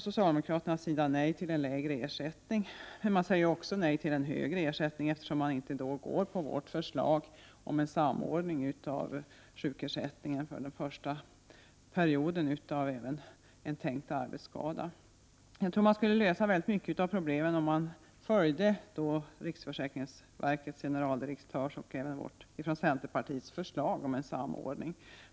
Socialdemokraterna säger nej till lägre ersättning, men de säger också nej till en högre ersättning, eftersom de inte vill gå på vårt förslag om en samordning av sjukersättningen för den första perioden även av en tänkt arbetsskada. Jag tror man skulle lösa många problem, om man följde riksförsäkringsverkets generaldirektörs och även centerpartiets förslag om en samordning.